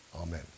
Amen